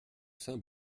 saint